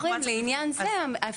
אני אתייחס בכמה מילים לדברים שהם יותר